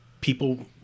people